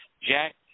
Jack